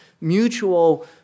mutual